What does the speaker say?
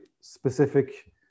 specific